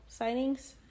signings